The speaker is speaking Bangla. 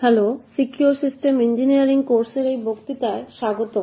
হ্যালো সিকিউর সিস্টেম ইঞ্জিনিয়ারিং কোর্সের এই বক্তৃতায় স্বাগতম